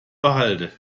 behalte